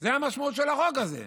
זו המשמעות של החוק הזה.